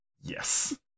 Yes